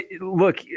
look